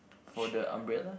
for the umbrella